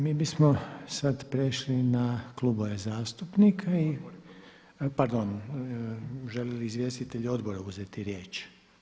Mi bismo sad prešli na klubove zastupnika, pardon žele li izvjestitelji odbora uzeti riječ?